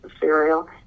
cereal